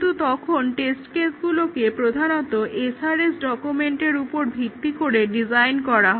কিন্তু তখন টেস্ট কেসগুলোকে প্রধানত SRS ডকুমেন্টের উপর ভিত্তি করে ডিজাইন করা হয়